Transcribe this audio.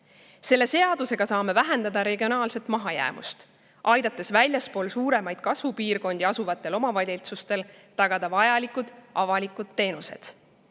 Selle seadusega saame vähendada regionaalset mahajäämust, aidates väljaspool suuremaid kasvupiirkondi asuvatel omavalitsustel tagada vajalikud avalikud teenused.